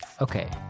Okay